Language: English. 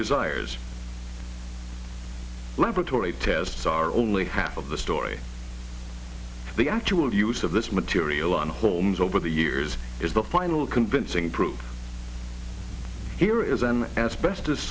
desires laboratory tests are only half of the story the actual use of this material on holmes over the years is the final convincing proof here is an asbestos